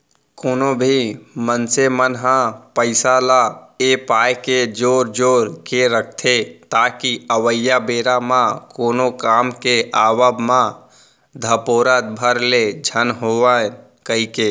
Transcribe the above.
कोनो भी मनसे मन ह पइसा ल ए पाय के जोर जोर के रखथे ताकि अवइया बेरा म कोनो काम के आवब म धपोरत भर ले झन होवन कहिके